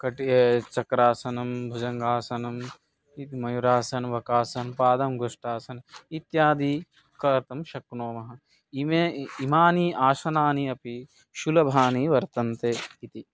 कटिः चक्रासनं भुजङ्गासनं इति मयूरासनं वक्रासनं पादाङ्गुष्ठासनम् इत्यादि कर्तुं शक्नुमः इमे इमानि आसनानि अपि सुलभानि वर्तन्ते इति